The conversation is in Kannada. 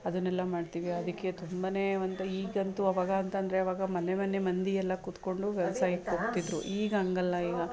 ಅದನ್ನೆಲ್ಲ ಮಾಡ್ತೀವಿ ಅದಕ್ಕೆ ತುಂಬನೇ ಒಂದು ಈಗಂತೂ ಆವಾಗಂತಂದ್ರೆ ಆವಾಗ ಮನೆ ಮನೆ ಮಂದಿಯೆಲ್ಲ ಕೂತ್ಕೊಂಡು ವ್ಯವಸಾಯಕ್ಕೋಗ್ತಿದ್ರು ಈಗ ಹಂಗಲ್ಲ ಈಗ